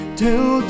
till